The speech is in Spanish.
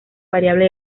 variable